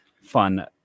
fun